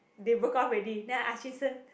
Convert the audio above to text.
they broke off already then I ask jun sheng